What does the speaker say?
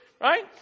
Right